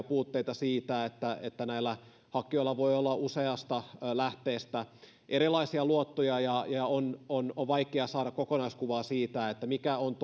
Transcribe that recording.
puutteita siitä että että näillä hakijoilla voi olla useasta lähteestä erilaisia luottoja ja ja on on vaikea saada kokonaiskuvaa siitä mikä on